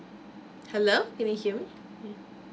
hello can you hear me yea